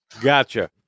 Gotcha